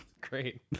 great